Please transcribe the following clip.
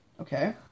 Okay